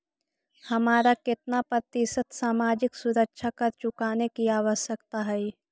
हमारा केतना प्रतिशत सामाजिक सुरक्षा कर चुकाने की आवश्यकता हई